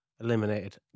eliminated